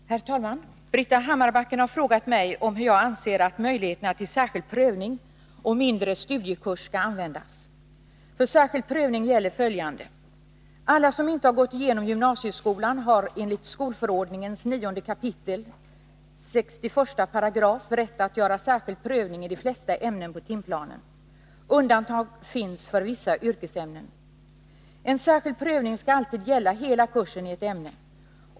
Herr talman! Britta Hammarbacken har frågat mig om hur jag anser att möjligheterna till särskild prövning och mindre studiekurs skall användas. För särskild prövning gäller följande: Alla som inte har gått igenom gynasieskolan har enligt skolförordningens 9 kap. 61 § rätt att göra särskild prövning i de flesta ämnen på timplanen. Undantag finns för vissa yrkesämnen. En särskild prövning skall alltid gälla hela kursen i ett ämne.